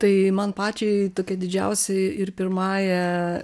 tai man pačiai tokia didžiausia ir pirmąja